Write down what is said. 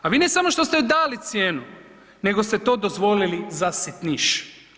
A vi ne samo što ste joj dali cijenu nego ste to dozvolili za sitniš.